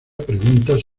preguntas